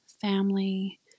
family